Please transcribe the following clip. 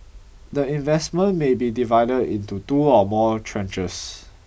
the investment may be divided into two or more tranches